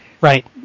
right